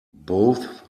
both